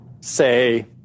say